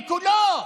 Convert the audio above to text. בקולו.